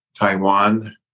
Taiwan